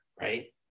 Right